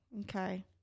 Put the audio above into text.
Okay